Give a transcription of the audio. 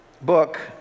book